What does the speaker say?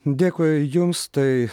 dėkui jums tai